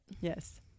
yes